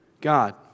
God